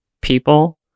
people